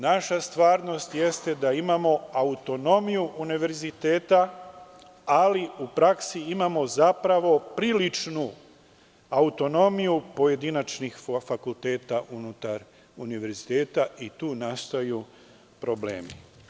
Naša stvarnost jeste da imamo autonomiju univerziteta ali u praksi imamo zapravo priličnu autonomiju pojedinačnih fakulteta unutar univerziteta i tu nastaju problemi.